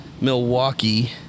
Milwaukee